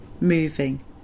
moving